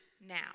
now